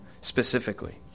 specifically